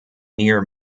near